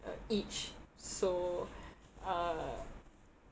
uh each so uh